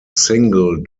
single